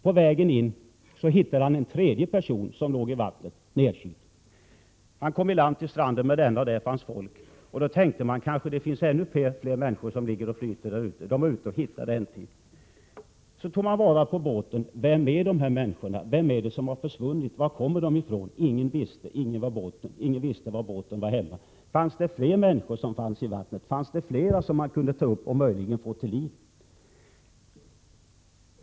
På väg in mot land hittade fiskaren en tredje 29 april 1988 person som låg nerkyld i vattnet. Fiskaren kom iland på stranden med dessa livlösa människor. På stranden fanns det folk. Man tänkte då att det kanske låg fler människor ute på vattnet och flöt, och man åkte ut och hittade en till. Man tog sedan vara på båten och började ställa sig ett antal frågor. Vilka är dessa människor? Vem är det som har försvunnit? Var kommer de ifrån? Ingen visste var båten hörde hemma. Fanns det fler människor i vattnet? Fanns det fler människor som man kunde ta upp och möjligen få liv i?